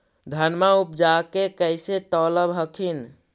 धनमा उपजाके कैसे तौलब हखिन?